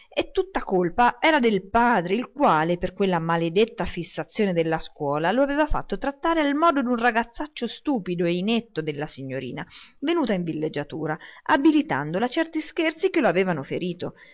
e tutta la colpa era del padre il quale per quella maledetta fissazione della scuola lo aveva fatto trattare al modo d'un ragazzaccio stupido e inetto dalla signorina venuta in villeggiatura abilitandola a certi scherzi che lo avevano ferito